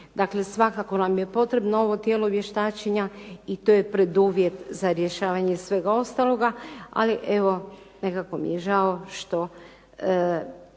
Dakle, svakako nam je potrebno ovo tijelo vještačenja i to je preduvjet za rješavanje svega ostaloga, ali evo nekako mi je žao što